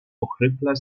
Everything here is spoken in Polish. ochryple